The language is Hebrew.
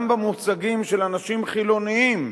גם במושגים של אנשים חילונים,